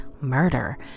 murder